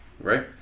right